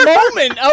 moment